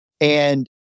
and-